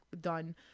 done